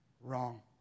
wrong